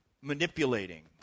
manipulating